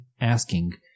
asking